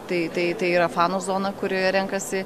tai tai tai yra fanų zona kurioje renkasi